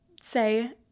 say